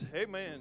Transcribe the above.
Amen